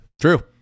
True